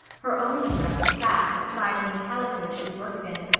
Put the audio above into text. her only dress, in fact, aside from the calicoes she worked in.